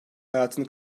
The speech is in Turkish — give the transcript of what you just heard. hayatını